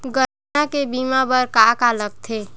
गन्ना के बीमा बर का का लगथे?